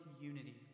unity